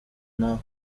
naho